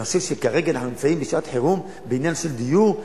אני חושב שכרגע אנחנו נמצאים בשעת חירום בעניין הדיור,